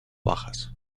bajas